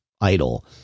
idle